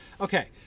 Okay